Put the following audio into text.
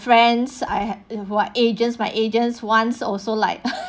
friends I have in what agents my agents once also like